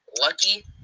Lucky